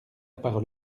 parole